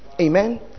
Amen